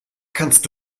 kannst